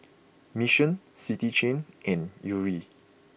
Mission City Chain and Yuri